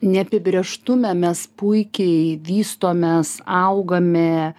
neapibrėžtume mes puikiai vystomės augame